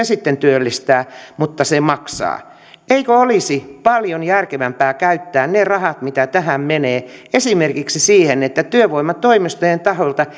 sitten työllistää mutta se maksaa eikö olisi paljon järkevämpää käyttää ne rahat mitkä tähän menevät esimerkiksi siihen että työvoimatoimistojen taholta